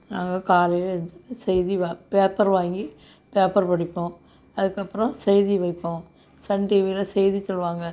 நாங்கள் காலையில் எழுந்திருச்சு செய்தி பேப்பர் வாங்கி பேப்பர் படிப்போம் அதுக்கப்றம் செய்தி படிப்போம் சன் டிவியில் செய்தி சொல்வாங்க